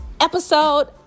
episode